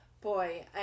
Boy